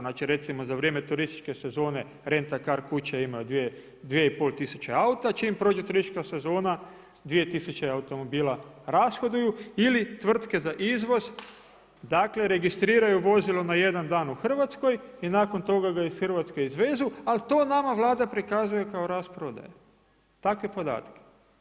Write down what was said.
Znači recimo za vrijeme turističke sezone rent a car kuće imaju 2,5 tisuće auta, čim prođe turistička sezona 2000 automobila rashoduju ili tvrtke za izvoz dakle registriraju vozilo na jedan dan u Hrvatskoj i nakon toga ga iz Hrvatske izvezu ali to nama Vlada prikazuje kao rast prodaje, takve podatke.